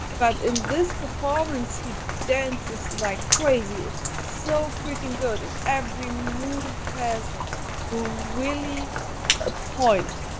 but in this performance he dances like crazy. it's so freakin good and every move has really a point.